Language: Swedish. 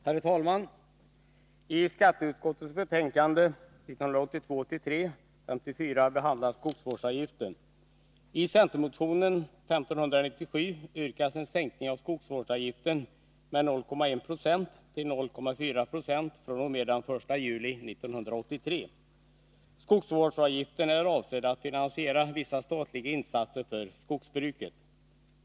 Herr talman! I skatteutskottets betänkande 1982/83:54 behandlas skogsvårdsavgiften. I centermotionen 1597 yrkas en sänkning av skogsvårdsavgiften med 0,1 9; till 0,4 26 fr.o.m. den 1 juli 1983. Skogsvårdsavgiften är avsedd att finansiera vissa statliga insatser för skogsbruket.